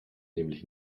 nämlich